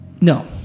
No